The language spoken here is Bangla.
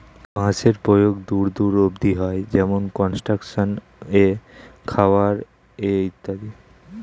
বাঁশের প্রয়োগ দূর দূর অব্দি হয়, যেমন কনস্ট্রাকশন এ, খাবার এ ইত্যাদি